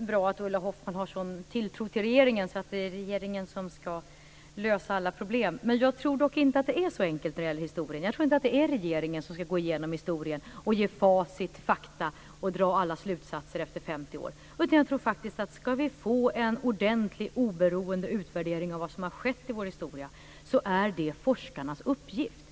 bra att Ulla Hoffmann har så stor tilltro till regeringen att hon litar på att det är regeringen som ska lösa alla problem. Men jag tror inte att det är så enkelt när det gäller historien. Det är inte regeringen som ska gå igenom vad som hände under historien och ge facit och dra alla slutsatser efter 50 år. Ska vi få en ordentlig och oberoende utvärdering av vad som har skett i vår historia så är det forskarnas uppgift.